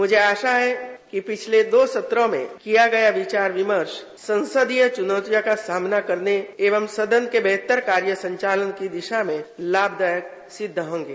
मुझे आशा है कि पिछले दो सत्रों में संसदीय चुनौतियों का सामना करने एवं सदन के बेहतर कार्य संचालन की दिशा में लाभदायक सिद्ध होंगे